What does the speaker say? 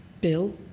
Bill